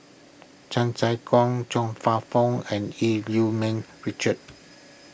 Chan Sek Keong Chong Fah Feong and Eu Yee Ming Richard